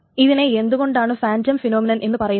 ഇതിനെ എന്തുകൊണ്ടാണ് phantom phenomenon എന്നു പറയുന്നത്